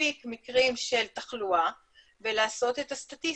מספיק מקרים של תחלואה ולעשות את הסטטיסטיקה.